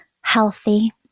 healthy